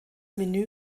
menü